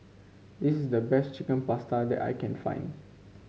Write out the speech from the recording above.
this is the best Chicken Pasta that I can find